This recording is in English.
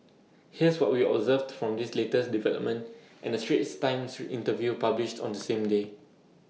here's for what we observed from this latest development and A straits times interview published on the same day